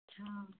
अच्छा